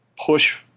push